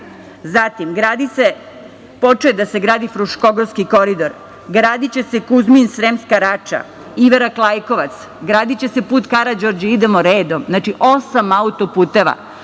zatim počeo je da se gradi „Fruškogorski koridor“, gradiće se Kuzmin–Sremska Rača, Iverak–Lajkovac, gradiće se put Karađorđe, idemo redom. Znači, osam autoputeva. Što